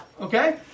Okay